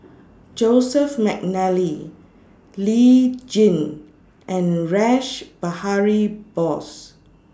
Joseph Mcnally Lee Tjin and Rash Behari Bose